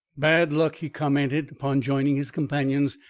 bad luck, he commented, upon joining his companions.